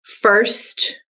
first